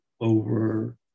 over